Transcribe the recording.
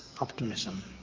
optimism